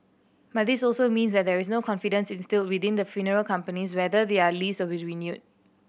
but this also means that there is no confidence instilled within the funeral companies whether their lease renewed